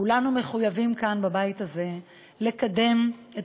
כולנו כאן בבית הזה מחויבים לקדם את